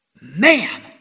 man